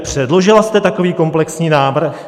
Předložila jste takový komplexní návrh?